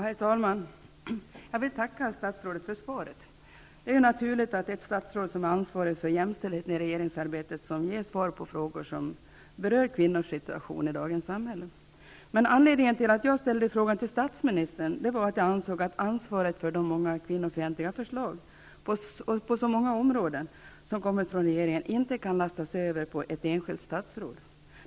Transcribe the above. Herr talman! Jag vill tacka statsrådet för svaret. Det är naturligt att det statsrådet som har ansvaret för jämställdhetsarbetet i regeringen svarar på frågor som rör kvinnors situation i dagens samhälle. Anledningen till att jag ställde frågan till statsministern var att jag ansåg att ansvaret för de många kvinnofientliga förslag på så många områden som kommit från regeringen inte kan lastas över på ett enskilt statsråd.